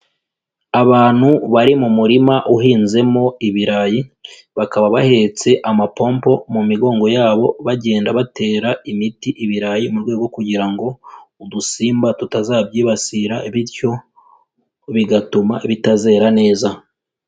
Abantu bari mu murima uhinzemo ibirayi, bakaba bahetse amapompo mu migongo yabo bagenda batera imiti ibirayi mu rwego kugira ngo udusimba tutazabyibasira bityo bigatuma bitazera neza.